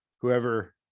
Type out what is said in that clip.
whoever